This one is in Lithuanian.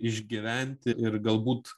išgyventi ir galbūt